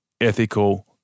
ethical